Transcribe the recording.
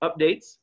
updates